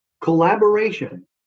collaboration